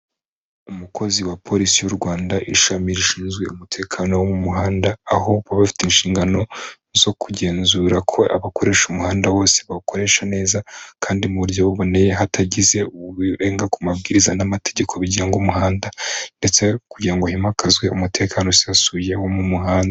Umukozi wa polisi y'u Rwanda ishami rishinzwe umutekano wo mu muhanda, aho baba bafite inshingano zo kugenzura ko abakoresha umuhanda bose bawukoresha neza kandi mu buryo buboneye hatagize urenga ku mabwiriza n'amategeko bigenga umuhanda ndetse kugira ngo himakazwe umutekano usesuye wo mu muhanda.